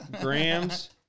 grams